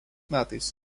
metais